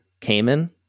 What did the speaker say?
Cayman